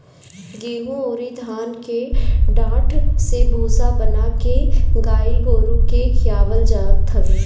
गेंहू अउरी धान के डाठ से भूसा बना के गाई गोरु के खियावल जात हवे